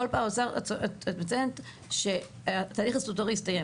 את כל פעם מציינת שהתהליך הסטטוטורי הסתיים,